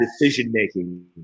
decision-making